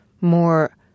more